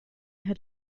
had